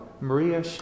Maria